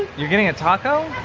you're getting a taco?